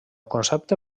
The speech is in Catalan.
concepte